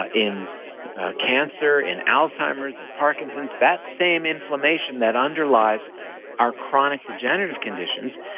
ah in cancer, in alzheimer's, and parkinson's. that same inflammation that underlies our chronic degenerative conditions,